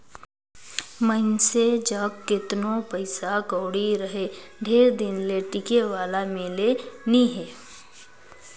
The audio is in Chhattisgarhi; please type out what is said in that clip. मइनसे जग केतनो पइसा कउड़ी रहें ढेर दिन ले टिके वाला में ले नी हे